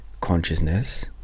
consciousness